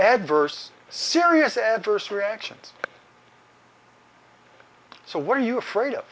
adverse serious adverse reactions so what are you afraid of